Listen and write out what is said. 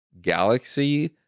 galaxy